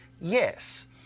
Yes